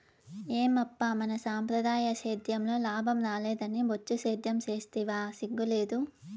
ఏమప్పా మన సంప్రదాయ సేద్యంలో లాభం రాలేదని బొచ్చు సేద్యం సేస్తివా సిగ్గు లేదూ